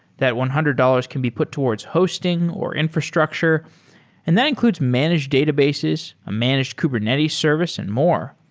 that one hundred dollars can be put towards hosting or infrastructure and that includes managed databases, a managed kubernetes service and more.